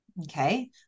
okay